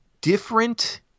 different